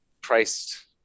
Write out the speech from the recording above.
priced